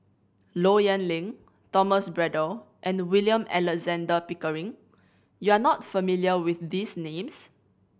Low Yen Ling Thomas Braddell and William Alexander Pickering you are not familiar with these names